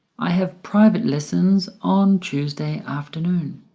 i have private lessons on tuesday afternoon